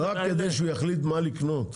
זה רק כדי שיחליט מה לקנות.